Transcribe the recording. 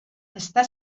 està